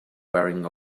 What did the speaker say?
wearing